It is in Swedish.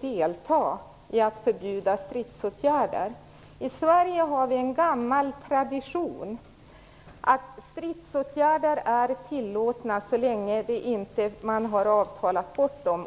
delta i ett förbud mot stridsåtgärder. I Sverige finns det en gammal tradition att stridsåtgärder är tillåtna så länge de inte har avtalats bort.